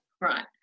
Right